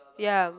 ya